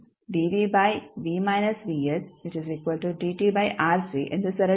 ಇದನ್ನು ಎಂದು ಸರಳೀಕರಿಸಬಹುದು